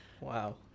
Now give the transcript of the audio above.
Wow